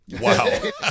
wow